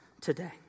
today